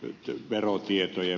hyvä näin